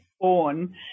born